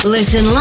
Listen